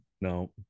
no